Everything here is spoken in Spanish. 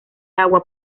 agua